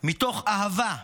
מתוך אהבה,